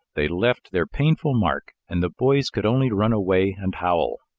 they left their painful mark and the boys could only run away and howl.